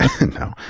No